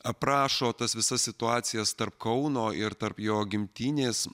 aprašo tas visas situacijas tarp kauno ir tarp jo gimtinės